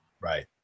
Right